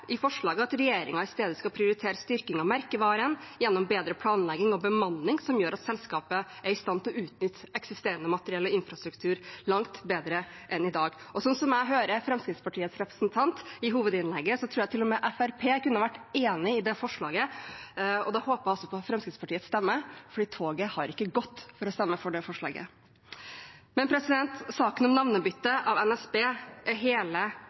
i forslaget at regjeringen i stedet skal prioritere styrking av merkevaren gjennom bedre planlegging og bemanning som gjør selskapet i stand til å utnytte eksisterende materiell og infrastruktur langt bedre enn i dag. Og sånn jeg hørte Fremskrittspartiets representant i hovedinnlegget, tror jeg til og med Fremskrittspartiet kunne vært enig i det forslaget. Da håper jeg også på Fremskrittspartiets stemme, for toget har ikke gått for å stemme for det forslaget. Saken om navnebytte av NSB er hele